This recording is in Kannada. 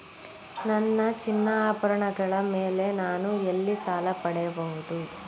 ನನ್ನ ಚಿನ್ನಾಭರಣಗಳ ಮೇಲೆ ನಾನು ಎಲ್ಲಿ ಸಾಲ ಪಡೆಯಬಹುದು?